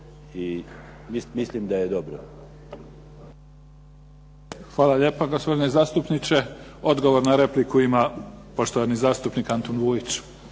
**Mimica, Neven (SDP)** Hvala lijepa gospodine zastupniče. Odgovor na repliku ima poštovani zastupnik Antun Vujić.